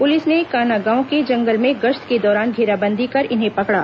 police ने कानागांव के जंगल में गश्त के दौरान घेराबंदी कर इन्हें पकड़ा